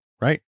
right